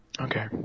Okay